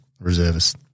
Reservists